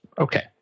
Okay